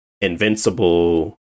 Invincible